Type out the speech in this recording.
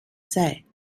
say